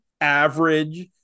average